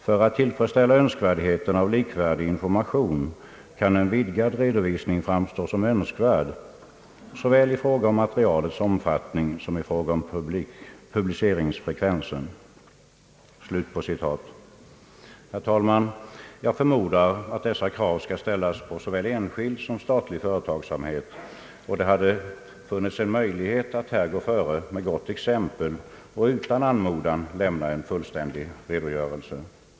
För att tillfredsställa önskvärdheten av likvärdig information kan en vidgad redovisning framstå som önskvärd såväl i fråga om materialets omfattning som i fråga om publiceringsfrekvensen.» Herr talman! Jag förmodar att dessa krav skall ställas på såväl enskild som statlig företagsamhet, och det hade funnits en möjlighet att här föregå med gott exempel och utan anmodan lämna en fullständig redogörelse.